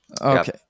Okay